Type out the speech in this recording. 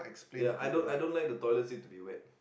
ya I don't I don't like the toilet seat to be wet